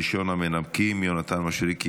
ראשון המנמקים, יונתן מישרקי.